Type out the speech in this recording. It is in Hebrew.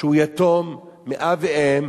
שהוא יתום מאב ואם,